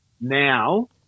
now